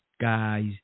guys